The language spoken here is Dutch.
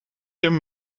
hem